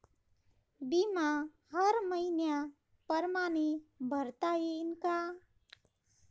बिमा हर मइन्या परमाने भरता येऊन का?